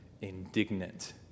indignant